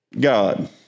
God